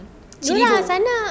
ya lah sana